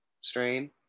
strain